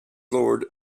lord